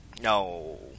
No